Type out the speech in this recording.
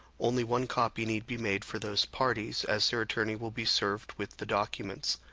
only one copy need be made for those parties, as their attorney will be served with the documents.